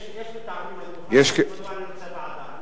יש לי טעמים, אני רוצה ועדה.